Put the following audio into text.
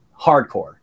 Hardcore